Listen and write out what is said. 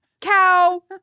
cow